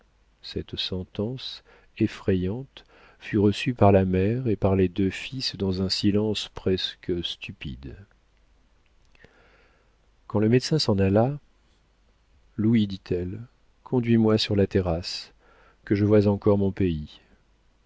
cette sentence effrayante fut reçue par la mère et par les deux fils dans un silence presque stupide quand le médecin s'en alla louis dit-elle conduis-moi sur la terrasse que je voie encore mon pays